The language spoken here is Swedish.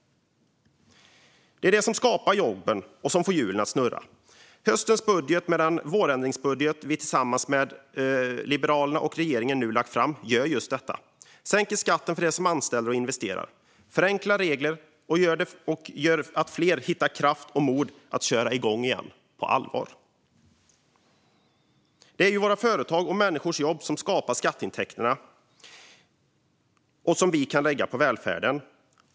Det är de som skapar jobben och som får hjulen att snurra. Höstens budget och den vårändringsbudget som vi tillsammans med Liberalerna och regeringen nu har lagt fram gör just detta - sänker skatten för dem som anställer och investerar, förenklar regler och gör att fler hittar kraft och mod att köra igång på allvar igen. Det är ju våra företag och människors jobb som skapar de skatteintäkter som vi kan lägga på välfärden.